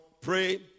pray